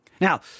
Now